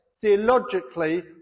theologically